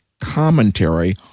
commentary